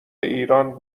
ایران